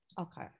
okay